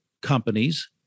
companies